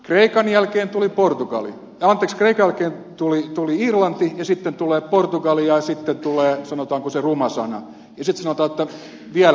kreikan jälkeen tuli irlanti ja sitten tulee portugali ja sitten tulee sanotaanko se ruma sana ja sitten sanotaan että vieläkö on lisää rahaa